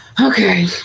okay